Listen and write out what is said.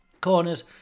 corners